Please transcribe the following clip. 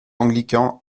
anglicans